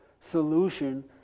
solution